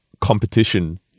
competition